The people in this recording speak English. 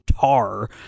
tar